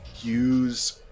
use